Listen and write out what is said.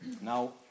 Now